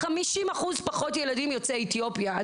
50% פחות ילדים יוצאי אתיופיה.